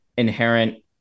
inherent